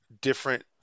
different